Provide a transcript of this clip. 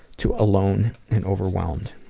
to alone and overwhelmed.